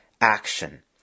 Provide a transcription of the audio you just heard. action